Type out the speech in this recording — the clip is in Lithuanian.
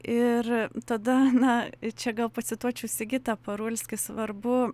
ir tada na ir čia gal pacituočiau sigitą parulskį svarbu